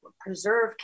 preserve